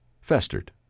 festered